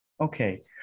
Okay